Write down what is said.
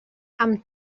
amb